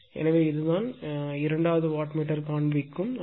எனவே இதுதான் இரண்டாவது வாட் மீட்டர் காண்பிக்கும் அளவு